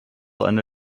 eine